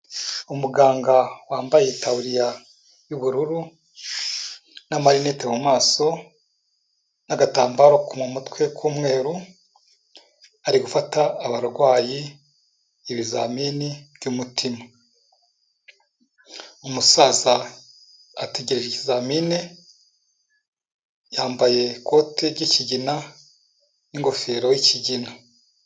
Umuganga wambaye itaburiya y'ubururu n'amarinete mu maso n'agatambaro ko mu mutwe k'umweru, ari gufata abarwayi ibizamini by'umutima. Umusaza ategereje ikizamini, yambaye ikote ry'ikigina n'ingofero y'ikigina.